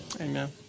Amen